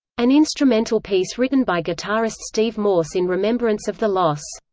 an instrumental piece written by guitarist steve morse in remembrance of the loss.